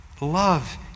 love